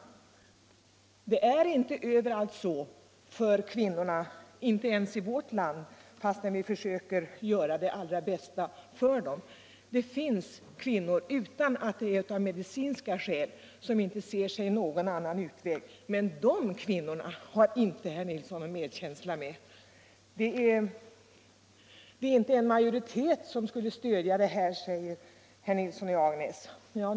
Förhållandena är inte sådana för kvinnorna överallt — inte ens i vårt land fastän vi försöker göra det allra bästa för dem. Det finns kvinnor som utan att det är fråga om medicinska skäl inte ser sig någon annan utväg än abort, men de kvinnorna har inte herr Nilsson i Agnäs någon medkänsla med. Det finns inte en majoritet som stöder abortlagens tankegångar, säger herr Nilsson. Jo, det tror jag.